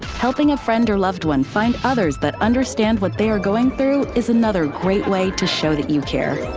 helping a friend or loved one find others that understand what they are going through is another great way to show that you care.